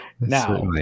now